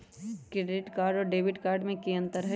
Credit card और debit card में की अंतर हई?